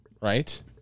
right